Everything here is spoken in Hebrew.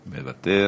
מוותר,